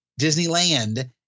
Disneyland